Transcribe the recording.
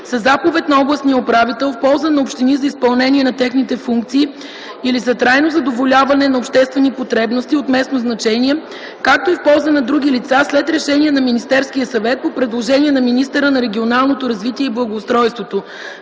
заповед на областния управител в полза на общини за изпълнение на техните функции или за трайно задоволяване на обществени потребности от местно значение, както и в полза на други лица, след решение на Министерския съвет по предложение на министъра на регионалното развитие и благоустройството.